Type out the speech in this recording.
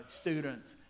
students